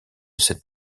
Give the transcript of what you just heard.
cette